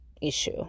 issue